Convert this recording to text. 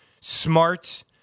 smart